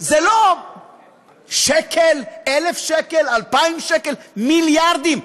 זה לא שקל, 1,000 שקל, 2,000 שקל, מיליארדים.